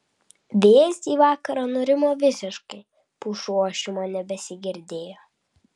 vėjas į vakarą nurimo visiškai pušų ošimo nebesigirdėjo